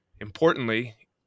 Importantly